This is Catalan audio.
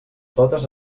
totes